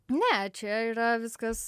ne čia yra viskas